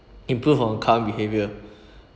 improve on her current behavior